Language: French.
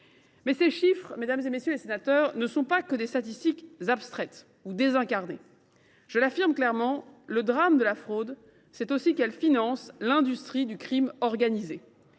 loin. Ces chiffres, mesdames, messieurs les sénateurs, ne sont pas que des statistiques abstraites ou désincarnées. Je l’affirme clairement : le drame de la fraude, c’est aussi qu’elle finance l’industrie du crime organisé.